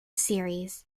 series